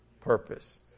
purpose